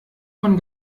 von